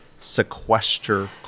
sequester